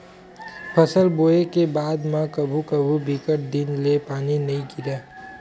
फसल बोये के बाद म कभू कभू बिकट दिन ले पानी नइ गिरय